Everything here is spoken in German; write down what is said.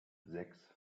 sechs